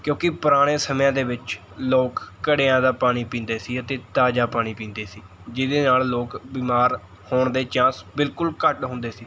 ਕਿਉਂਕਿ ਪੁਰਾਣੇ ਸਮਿਆਂ ਦੇ ਵਿੱਚ ਲੋਕ ਘੜਿਆਂ ਦਾ ਪਾਣੀ ਪੀਂਦੇ ਸੀ ਅਤੇ ਤਾਜ਼ਾ ਪਾਣੀ ਪੀਂਦੇ ਸੀ ਜਿਹਦੇ ਨਾਲ਼ ਲੋਕ ਬਿਮਾਰ ਹੋਣ ਦੇ ਚਾਂਸ ਬਿਲਕੁਲ ਘੱਟ ਹੁੰਦੇ ਸੀ